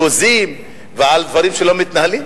בזבוזים ועל דברים שלא מתנהלים?